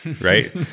right